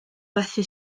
fethu